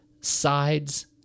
sides